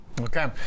okay